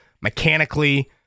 mechanically